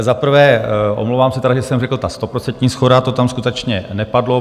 Za prvé, omlouvám se, že jsem řekl ta stoprocentní shoda, to tam skutečně nepadlo.